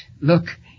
look